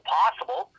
possible